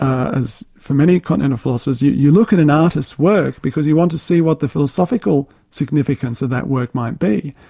as for many continental philosophers, you you look at an artist's work because you want to see what the philosophical significance of that work might be.